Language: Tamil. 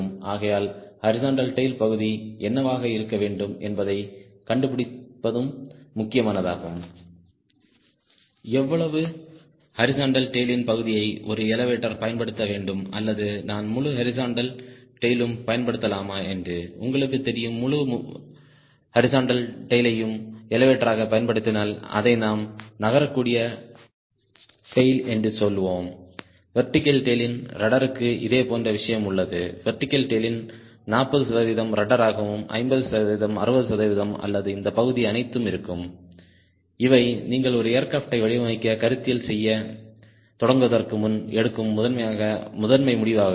ஆகையால் ஹாரிஸ்ன்ட்டல் டேய்ல் பகுதி என்னவாக இருக்க வேண்டும் என்பதை கண்டுபிடிப்பதும் முக்கியமானதாகும் எவ்வளவு ஹாரிஸ்ன்ட்டல் டேய்லின் பகுதியை ஒரு எலெவடோர் பயன்படுத்த வேண்டும் அல்லது நான் முழு ஹாரிஸ்ன்ட்டல் டேய்லும் பயன்படுத்தலாமா என்று உங்களுக்குத் தெரியும் முழு ஹாரிஸ்ன்ட்டல் டேய்லையும் எலெவடோராகப் பயன்படுத்தினால் அதை நாம் நகரக்கூடிய டேய்ல் என்று சொல்லுவோம் வெர்டிகல் டேய்லிலும் ரட்ட்ர்க்கு இதேபோன்று விஷயம் உள்ளது வெர்டிகல் டேய்லின் 40 சதவிகிதம் ரட்ட்ராகும் 50 சதவிகிதம் 60 சதவிகிதம் அல்லது இந்த பகுதி அனைத்தும் இருக்கும் இவை நீங்கள் ஒரு ஏர்கிராப்ட்யை வடிவமைக்க கருத்தியல் செய்யத் தொடங்குவதற்கு முன் எடுக்கும் முதன்மை முடிவுகளாகும்